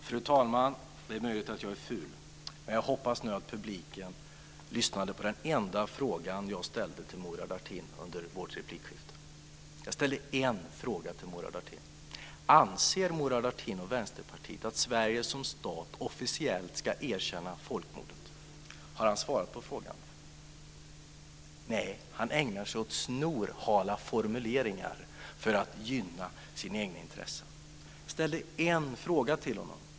Fru talman! Det är möjligt att jag gör något fult. Men jag hoppas att publiken lyssnade på den enda fråga jag ställde till Murad Artin under vårt replikskifte. Jag ställde en enda fråga: Anser Murad Artin och Vänsterpartiet att Sverige som stat officiellt ska erkänna folkmordet? Har han svarat på frågan? Nej, han ägnar sig åt snorhala formuleringar för att gynna sina egna intressen. Jag ställde en fråga till honom.